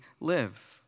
live